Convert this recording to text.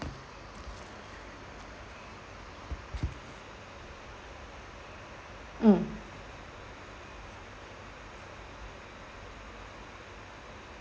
mm